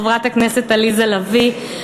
חברת הכנסת עליזה לביא,